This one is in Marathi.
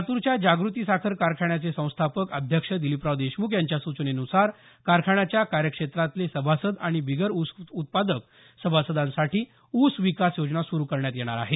लातूरच्या जागृती साखर कारखान्याचे संस्थापक अध्यक्ष दिलीपराव देशम्ख यांच्या सुचनेनुसार कारखान्याच्या कार्यक्षेत्रातले सभासद आणि बिगर उस उत्पादक सभासदासाठी उस विकास योजना सुरू करण्यात येणार आहे